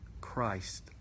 Christ